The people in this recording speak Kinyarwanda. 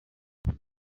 ati